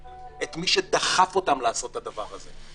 את מי שדחף אותם לעשות את הדבר הזה.